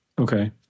Okay